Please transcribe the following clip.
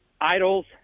idols